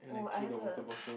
oh I have a